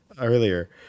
earlier